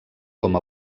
com